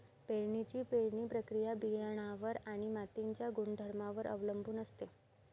पेरणीची पेरणी प्रक्रिया बियाणांवर आणि मातीच्या गुणधर्मांवर अवलंबून असते